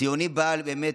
ציוני על באמת.